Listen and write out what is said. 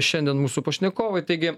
šiandien mūsų pašnekovai taigi